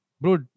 Bro